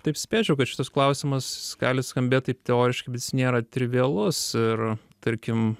taip spėčiau kad šitas klausimas gali skambėti taip teoriškai bet jis nėra trivialus ir tarkim